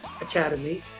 Academy